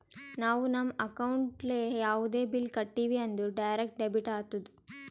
ನಾವು ನಮ್ ಅಕೌಂಟ್ಲೆ ಯಾವುದೇ ಬಿಲ್ ಕಟ್ಟಿವಿ ಅಂದುರ್ ಡೈರೆಕ್ಟ್ ಡೆಬಿಟ್ ಆತ್ತುದ್